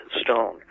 stone